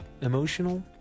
emotional